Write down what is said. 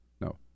No